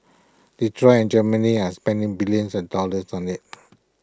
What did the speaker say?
Detroit and Germany are spending billions of dollars on this